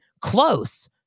close